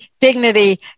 dignity